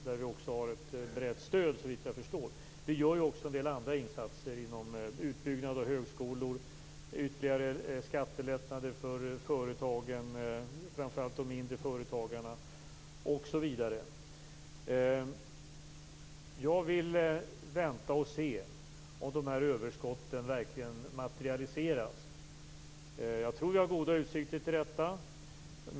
Där har vi också såvitt jag förstår ett brett stöd. Vi gör också en del andra insatser inom utbyggnad av högskolor, ytterligare skattelättnader för företagen, och då framför allt de mindre företagen, osv. Jag vill vänta och se om dessa överskott verkligen materialiseras. Jag tror att vi har goda utsikter till det.